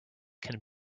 can